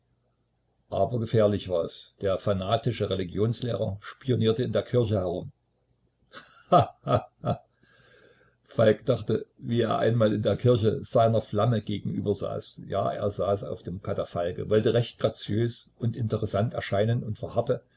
aber gefährlich war es der fanatische religionslehrer spionierte in der kirche herum ha ha ha falk dachte wie er einmal in der kirche seiner flamme gegenübersaß ja er saß auf dem katafalke wollte recht graziös und interessant erscheinen und verharrte